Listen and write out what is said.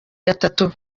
gatatu